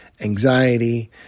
anxiety